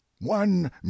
one